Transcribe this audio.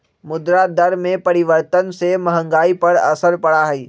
मुद्रा दर में परिवर्तन से महंगाई पर असर पड़ा हई